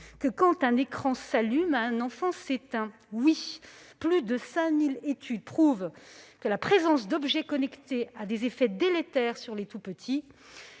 que, « quand un écran s'allume, un enfant s'éteint ». Oui, plus de 5 000 études prouvent que la présence d'objets connectés a des effets délétères sur les tout-petits.